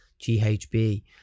GHB